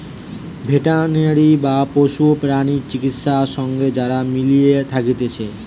veterinary বা পশু প্রাণী চিকিৎসা সঙ্গে যারা মিলে থাকতিছে